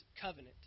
covenant